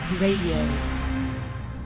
radio